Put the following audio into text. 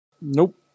Nope